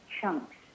chunks